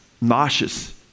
nauseous